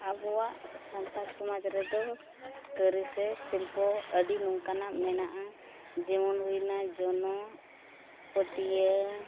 ᱟᱵᱚᱣᱟᱜ ᱥᱟᱱᱛᱟᱲ ᱥᱚᱢᱟᱡᱽ ᱨᱮᱫᱚ ᱠᱟᱹᱨᱤ ᱥᱮ ᱥᱤᱞᱯᱚ ᱟᱹᱰᱤ ᱱᱚᱝᱠᱟᱱᱟᱜ ᱢᱮᱱᱟᱜᱼᱟ ᱡᱮᱢᱚᱱ ᱦᱩᱭᱱᱟ ᱡᱚᱱᱚᱜ ᱯᱟᱹᱴᱭᱟᱹ